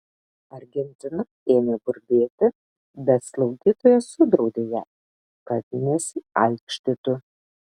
argentina ėmė burbėti bet slaugytoja sudraudė ją kad nesiaikštytų